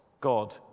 God